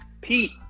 Pete